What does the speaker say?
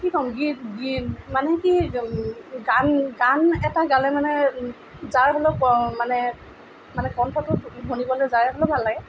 কি ক'ম গীত গীত মানে কি গান গান এটা গালে মানে যাৰ হ'লেও মানে মানে কন্ঠটো শুনিবলৈ যাৰ হ'লেও ভাল লাগে